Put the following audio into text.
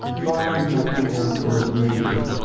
find me at the airport later.